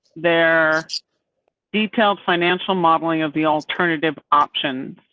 their detailed financial modeling of the alternative options.